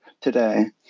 today